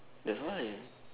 that's why